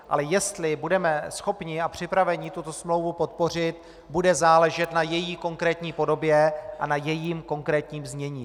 Ale jestli budeme schopni a připraveni tuto smlouvu podpořit, bude záležet na její konkrétní podobě a na jejím konkrétním znění.